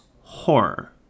horror